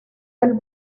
del